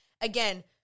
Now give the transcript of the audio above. again